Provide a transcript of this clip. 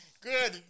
Good